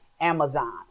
Amazon